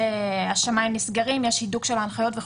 כשהשמיים נסגרים ויש הידוק של הנחיות.